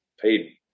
paid